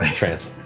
um trance.